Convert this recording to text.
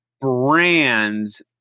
brands